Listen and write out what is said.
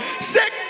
Sick